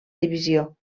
divisió